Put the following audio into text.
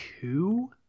two